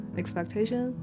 expectation 。